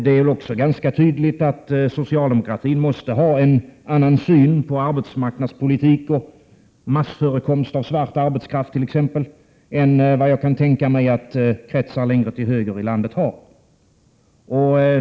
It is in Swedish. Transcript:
Det är också ganska tydligt att socialdemokratin måste ha en annan syn på arbetsmarknadspolitik, t.ex. på massförekomst av svart arbetskraft, än vad jag kan tänka mig att kretsar längre till höger i landet har.